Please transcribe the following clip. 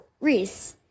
Reese